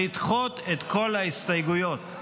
לדחות את כל ההסתייגויות.